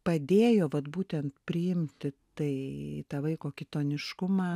padėjo vat būtent priimti tai tą vaiko kitoniškumą